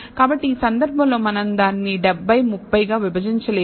కాబట్టి ఈ సందర్భంలో మనం దానిని 70 30 గా విభజించలేము